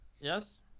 Yes